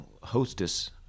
hostess